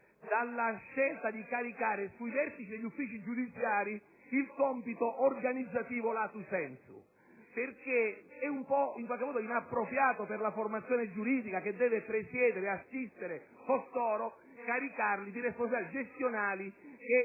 dalla scelta di caricare sui vertici degli uffici giudiziari il compito organizzativo *lato* *sensu*. Appare infatti inappropriato, per la formazione giuridica che deve presiedere ed assistere costoro, caricare i vertici di responsabilità gestionali che